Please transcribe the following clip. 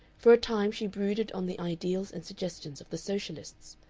for a time she brooded on the ideals and suggestions of the socialists,